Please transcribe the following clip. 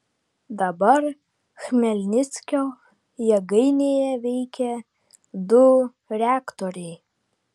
dabar chmelnickio jėgainėje veikia du reaktoriai